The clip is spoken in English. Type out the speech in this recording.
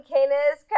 Canis